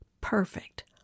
perfect